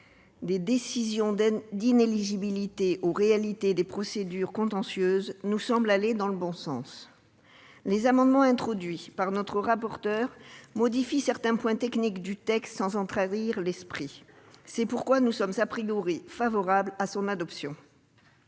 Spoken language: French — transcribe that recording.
des décisions d'inéligibilité aux réalités des procédures contentieuses, nous semblent aller dans le bon sens. Les amendements introduits par notre rapporteur modifient certains points techniques des deux propositions de loi, sans en trahir l'esprit. C'est pourquoi nous sommes favorables à leur adoption.